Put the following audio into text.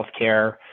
healthcare